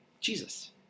Jesus